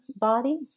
body